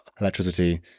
electricity